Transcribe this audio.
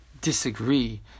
disagree